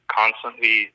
constantly